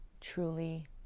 truly